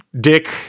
Dick